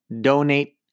donate